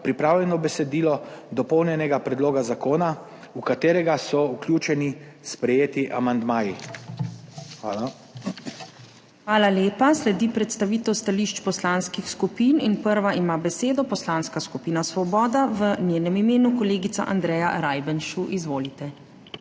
pripravljeno besedilo dopolnjenega predloga zakona, v katerega so vključeni sprejeti amandmaji. Hvala. PREDSEDNICA MAG. URŠKA KLAKOČAR ZUPANČIČ: Hvala lepa. Sledi predstavitev stališč poslanskih skupin in prva ima besedo Poslanska skupina Svoboda, v njenem imenu kolegica Andreja Rajbenšu. Izvolite.